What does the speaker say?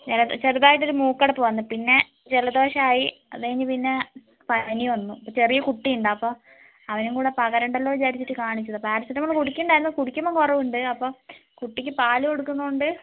ചെറുതായിട്ട് ഒരു മൂക്കടപ്പ് വന്നു പിന്നെ ജലദോഷമായി അത് കഴിഞ്ഞ് പിന്നെ പനി വന്നു ചെറിയ കുട്ടിയുണ്ട് അപ്പോൾ അവനും കൂടെ പകരണ്ടല്ലോ എന്ന് വിചാരിച്ചിട്ട് കാണിച്ചതാ പാരസെറ്റമോൾ കുടിക്കാനുണ്ടായിരുന്നു കുടിക്കുമ്പോൾ കുറവുണ്ട് അപ്പം കുട്ടിക്ക് പാല് കൊടുക്കുന്നതുകൊണ്ട്